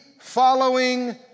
following